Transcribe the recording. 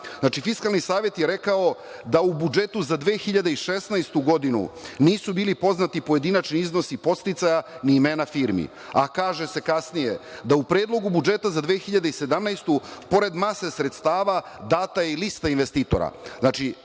Fiskalni savet je rekao da u budžetu za 2016. godinu nisu bili poznati pojedinačni iznosi podsticaja, ni imena firmi, a kaže se kasnije – da u Predlogu budžeta za 2017. godinu, pored mase sredstava, data je i lista investitora.